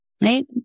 right